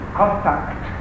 contact